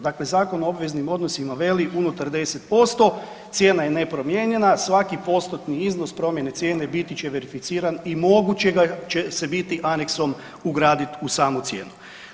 Dakle, Zakon o obveznim odnosima veli, unutar 10% cijena je nepromijenjena, svaki postotni iznos promjene cijene biti će verificiran i moguće će ga se biti aneksom ugraditi u samu cijenu.